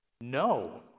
no